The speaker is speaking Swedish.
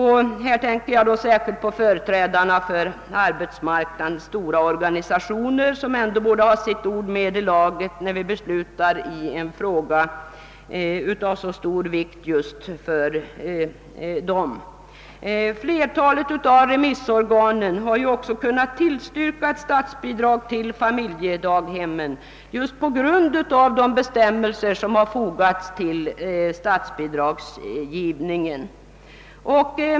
Härvidlag tänker jag särskilt på arbetsmarknadens stora organisationer, som ändå borde ha sitt ord med i laget när vi beslutar i en fråga av så stor vikt för dessa. Flertalet av remissorganen har ju också kunnat tillstyrka ett statsbidrag till familjedaghemmen just på grund av de bestämmelser som har fogats till statsbidragsgivningen.